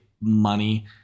money